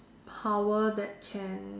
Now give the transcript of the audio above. power that can